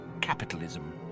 capitalism